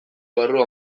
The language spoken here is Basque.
barru